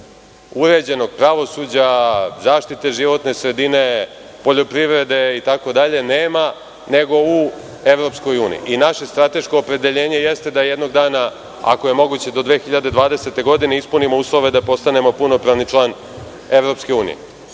uređenog pravosuđa, zaštite životne sredine, poljoprivrede itd, nema nego u EU. I naše strateško opredeljenje jeste da jednog dana, ako je moguće do 2020. godine, ispunimo uslove da postanemo punopravni član EU.